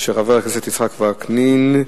חבר הכנסת יצחק וקנין,